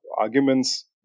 arguments